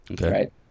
right